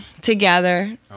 together